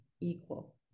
equal